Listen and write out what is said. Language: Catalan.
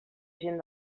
gent